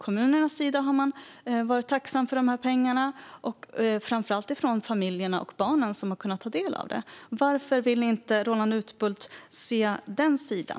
Kommunerna har varit tacksamma för pengarna, och det gäller också framför allt familjerna och barnen som har tagit del av pengarna. Varför vill inte Roland Utbult se den sidan?